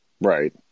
Right